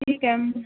ठीक आहे मग